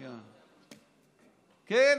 כן,